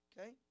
Okay